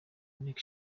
nteko